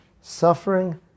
suffering